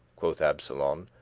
quoth absolon,